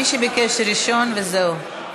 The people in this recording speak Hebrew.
מי שביקש ראשון וזהו.